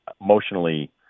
emotionally